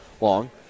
long